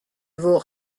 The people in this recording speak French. vaut